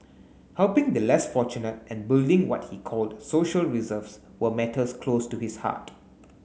helping the less fortunate and building what he called social reserves were matters close to his heart